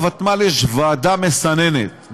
לוותמ"ל יש ועדה מסננת,